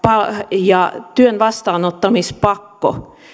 ja työn vastaanottamispakko